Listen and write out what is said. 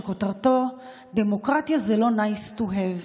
שכותרתו "דמוקרטיה זה לא nice to have":